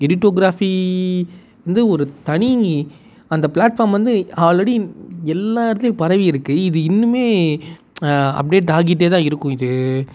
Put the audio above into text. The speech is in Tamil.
எடிட்டோகிராஃபி வந்து ஒரு தனி அந்த பிளாட்ஃபார்ம் வந்து ஆல்ரெடி எல்லா இடத்துலையும் பரவி இருக்குது இது இன்னும் அப்டேட் ஆகிட்டே தான் இருக்கும் இது